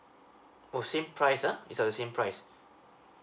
oh same price ah it's a same price